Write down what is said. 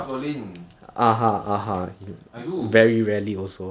!hais! that one is